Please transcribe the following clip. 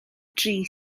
dri